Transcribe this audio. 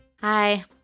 Hi